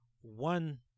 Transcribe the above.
one